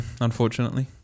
unfortunately